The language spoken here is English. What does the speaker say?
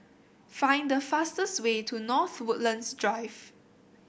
find the fastest way to North Woodlands Drive